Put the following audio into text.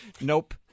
Nope